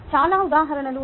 చాలా ఉదాహరణలు ఉన్నాయి